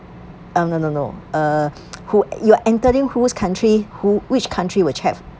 uh no no no uh who you are entering whose country who which country will check